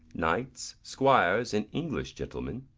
knights, squires, and english gentlemen,